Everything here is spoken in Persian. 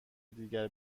دیگر